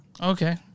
Okay